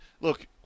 look